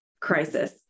crisis